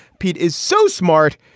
pete is so smart,